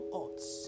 odds